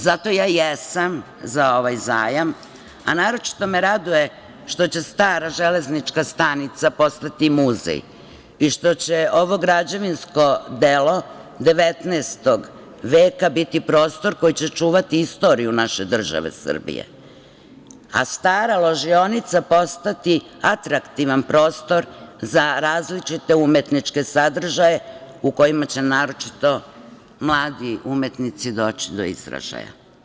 Zato ja jesam za ovaj zajam, a naročito me raduje što će stara Železnička stanica postati muzej i što će ovo građevinsko delo 19. veka biti prostor koji će čuvati istoriju naše države Srbije, a stara ložionica postati atraktivan prostor za različite umetničke sadržaje u kojima će naročito mladi umetnici doći do izražaja.